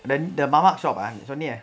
the the mama shop ah நீ சொன்னியே:nee sonniyae